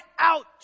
out